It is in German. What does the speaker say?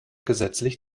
gesetzlich